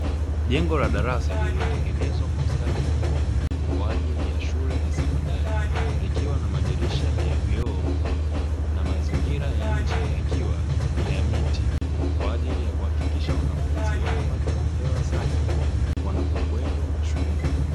Jengo la darasa lililotengenezwa kwa ustadi mkubwa kwa ajili ya shule za sekondari, likiwa na madirisha ya vioo na mazingira ya nje yakiwa ni ya miti kwa ajili ya kuhakikisha wanafunzi wanapata hewa safi, wanapokuwepo shuleni.